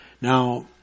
Now